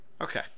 Okay